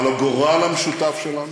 על הגורל המשותף שלנו,